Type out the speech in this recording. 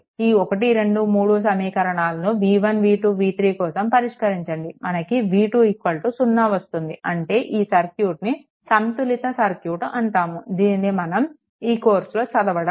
ఈ 1 2 3 సమీకరణాలను v1 v2 v3 కోసం పరిష్కరించండి మనకు v2 0 వస్తుంది అంటే ఈ సర్క్యూట్ ని సంతులితమైన సర్క్యూట్ అంటాము దీనిని మనం ఈ కొర్స్లో చదవడం లేదు